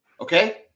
Okay